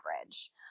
average